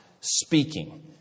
speaking